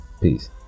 Peace